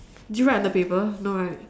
did you write on the paper no right